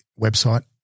website –